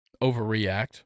overreact